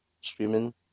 streaming